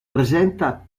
presenta